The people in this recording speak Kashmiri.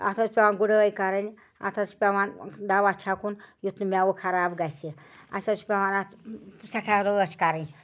اَتھ حظ چھِ پٮ۪وان گُڑٲیۍ کَرٕنۍ اَتھ حظ چھِ پٮ۪وان دوا چھکُن یُتھ نہٕ مٮ۪وٕ خراب گژھِ اَسہِ حظ چھِ پٮ۪وان اَتھ سٮ۪ٹھاہ رٲچھ کَرٕنۍ